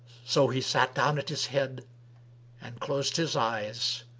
so he sat down at his head and closed his eyes,